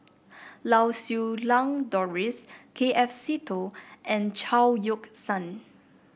Lau Siew Lang Doris K F Seetoh and Chao Yoke San